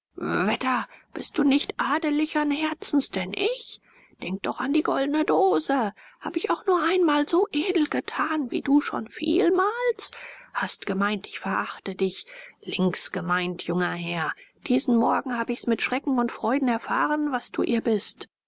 wetter bist du nicht adelichern herzens denn ich denk doch an die goldene dose hab ich auch nur einmal so edel getan wie du schon vielmals hast gemeint ich verachte dich links gemeint junger herr diesen morgen hab ich's mit schrecken und freuden erfahren was du ihr bist